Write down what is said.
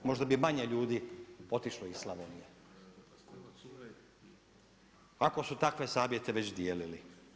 Možda bi manje ljudi otišlo iz Slavonije, ako su takve savjete već dijelili.